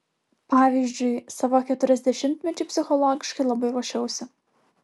pavyzdžiui savo keturiasdešimtmečiui psichologiškai labai ruošiausi